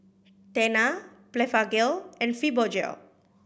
Tena Blephagel and Fibogel